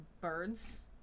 birds